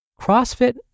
CrossFit